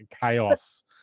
chaos